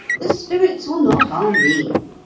the spirits will not harm me.